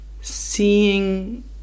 seeing